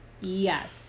Yes